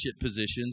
positions